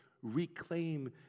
reclaim